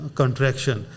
contraction